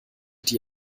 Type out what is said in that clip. die